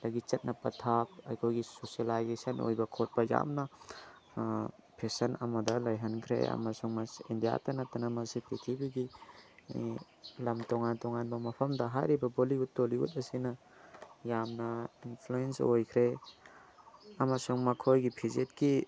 ꯑꯗꯒꯤ ꯆꯠꯅ ꯄꯊꯥꯞ ꯑꯩꯈꯣꯏꯒꯤ ꯁꯣꯁꯤꯌꯦꯂꯥꯏꯖꯦꯁꯟ ꯑꯣꯏꯕ ꯈꯣꯠꯄ ꯌꯥꯝꯅ ꯐꯦꯁꯟ ꯑꯃꯗ ꯂꯩꯍꯟꯈ꯭ꯔꯦ ꯑꯃꯁꯨꯡ ꯃꯁꯤ ꯏꯟꯗꯤꯌꯥꯇ ꯅꯠꯇꯅ ꯃꯁꯤ ꯄꯤꯛꯊ꯭ꯔꯤꯕꯤꯒꯤ ꯂꯝ ꯇꯣꯉꯥꯟ ꯇꯣꯉꯥꯟꯕ ꯃꯐꯝꯗ ꯍꯥꯏꯔꯤꯕ ꯕꯣꯂꯤꯋꯨꯠ ꯇꯣꯂꯤꯋꯨꯠ ꯑꯁꯤꯅ ꯌꯥꯝꯅ ꯏꯟꯐ꯭ꯂꯨꯌꯦꯟꯁ ꯑꯣꯏꯈ꯭ꯔꯦ ꯑꯃꯁꯨꯡ ꯃꯈꯣꯏꯒꯤ ꯐꯤꯖꯦꯠꯀꯤ